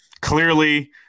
Clearly